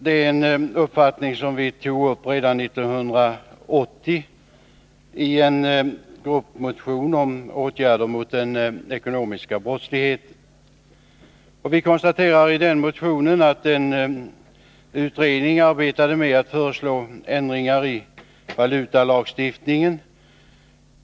Det är en uppfattning som vi tog upp redan 1980i en gruppmotion om åtgärder mot den ekonomiska brottsligheten. Vi konstaterade i den motionen att en utredning arbetade med att föreslå ändringar i valutalagstiftningen.